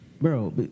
Bro